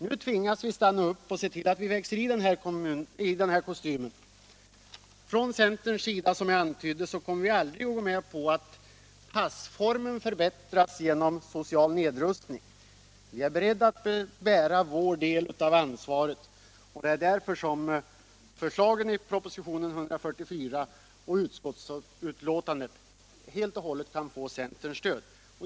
Nu tvingas vi stanna upp och se till att vi växer i den kostymen. Från centerns sida kommer vi, som jag antytt, aldrig att gå med på att passformen förbättras genom social nedrustning. Vi är beredda att bära vår del av ansvaret. Det är därför som förslagen i propositionen 144 och i utskottsbetänkandet helt och hållet kan få centerns stöd.